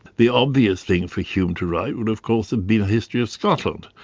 the obvious thing for hume to write would of course have been a history of scotland.